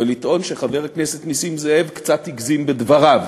ולטעון שחבר הכנסת נסים זאב קצת הגזים בדבריו,